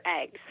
eggs